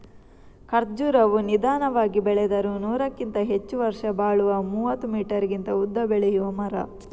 ಖರ್ಜುರವು ನಿಧಾನವಾಗಿ ಬೆಳೆದರೂ ನೂರಕ್ಕಿಂತ ಹೆಚ್ಚು ವರ್ಷ ಬಾಳುವ ಮೂವತ್ತು ಮೀಟರಿಗಿಂತ ಉದ್ದ ಬೆಳೆಯುವ ಮರ